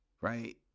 right